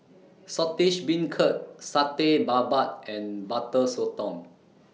Saltish Beancurd Satay Babat and Butter Sotong